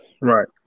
Right